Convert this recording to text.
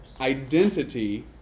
identity